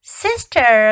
sister